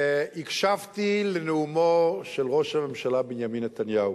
הקשבתי לנאומו של ראש הממשלה בנימין נתניהו,